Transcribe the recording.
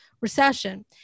recession